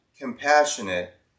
compassionate